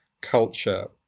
culture